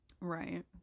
right